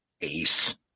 Ace